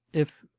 if.